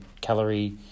calorie